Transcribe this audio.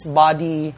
body